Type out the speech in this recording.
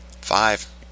Five